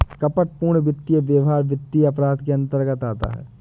कपटपूर्ण वित्तीय व्यवहार वित्तीय अपराध के अंतर्गत आता है